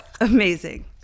Amazing